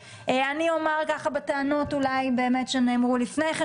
ולאחר מכן הצבעה על ההסתייגויות.